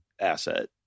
asset